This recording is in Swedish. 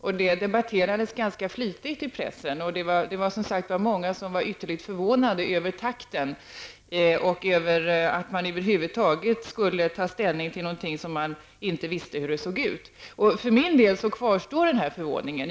Förslaget debatterades ganska flitigt i pressen, och det var många som var ytterligt förvånade över takten och över att man skulle ta ställning till någonting som man inte visste hur det såg ut. För min del kvarstår den här förvåningen.